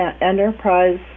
Enterprise